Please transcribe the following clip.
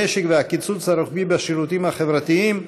במשק והקיצוץ הרוחבי בשירותים החברתיים.